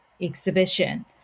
exhibition